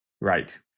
Right